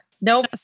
Nope